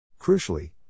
Crucially